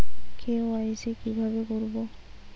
KYC কিভাবে করব?